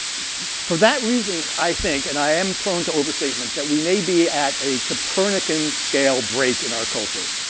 for that reason, i think, and i am prone to overstatement, that we may be at a copernican-scale break in our culture.